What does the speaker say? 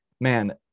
man